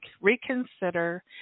reconsider